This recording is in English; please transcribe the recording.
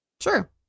sure